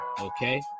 Okay